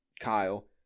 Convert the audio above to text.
Kyle